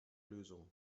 lösung